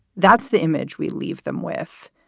that's the image we leave them with.